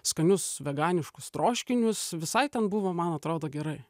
skanius veganiškus troškinius visai ten buvo man atrodo gerai